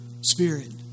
spirit